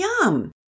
yum